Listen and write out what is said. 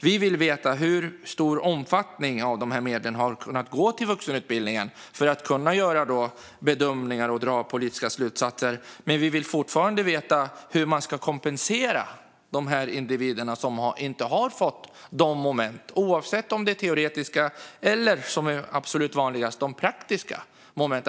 Vi vill veta hur stor omfattning av medlen som har kunnat gå till vuxenutbildning för att kunna göra bedömningar och dra politiska slutsatser. Vi vill fortfarande veta hur man ska kompensera de individer som inte har fått moment. Det gäller oavsett om det är teoretiska moment eller, vilket är absolut vanligast, om det är praktiska moment.